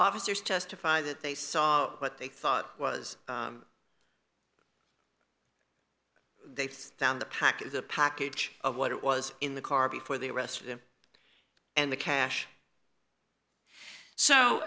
officers testify that they saw what they thought was they found the package the package of what it was in the car before they arrested him and the cash so